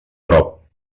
prop